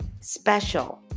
special